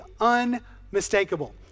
unmistakable